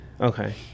Okay